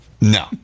No